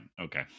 okay